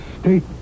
state